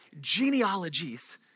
genealogies